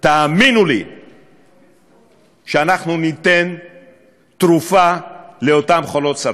תאמינו לי שאנחנו ניתן תרופה לאותן חולות סרטן.